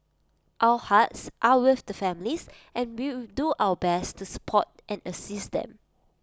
our hearts are with the families and will do our best to support and assist them